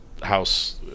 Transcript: house